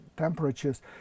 temperatures